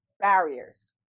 barriers